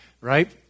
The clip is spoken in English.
right